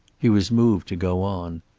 he was moved to go on.